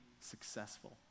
successful